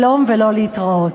שלום ולא להתראות.